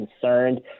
concerned